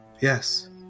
Yes